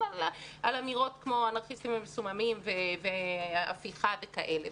על אמירות כמו אנרכיסטים ומסוממים והפיכה וכאלה,